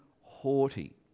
haughty